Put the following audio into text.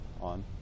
on